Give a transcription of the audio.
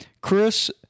Chris